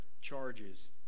charges